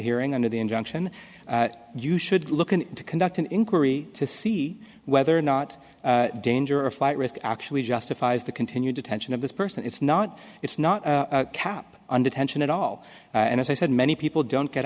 hearing under the injunction you should look at to conduct an inquiry to see whether or not danger a flight risk actually justifies the continued detention of this person it's not it's not a cap on detention at all and as i said many people don't get